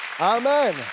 Amen